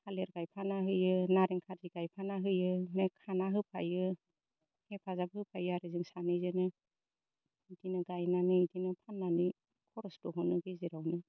थालिर गायफाना होयो नारें कार्जि गायफाना होयो ओमफ्राय खाना होफायो हेफाजाब होफायो आरो जों सानैजोनो इदिनो गायनानै इदिनो फाननानै खरस बहनो गेजेरावनो